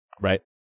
right